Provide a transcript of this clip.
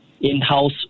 In-house